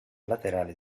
laterale